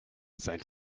sein